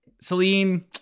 Celine